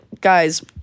guys